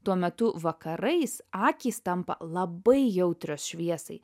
tuo metu vakarais akys tampa labai jautrios šviesai